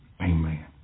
Amen